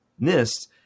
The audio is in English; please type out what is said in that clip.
NIST